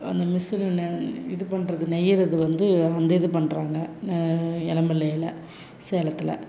அந்த மிசினை நெ இது பண்ணுறது நெய்கிறது வந்து அந்த இது பண்ணுறாங்க எலமல்லையில் சேலத்தில்